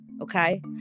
okay